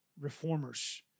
reformers